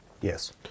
Yes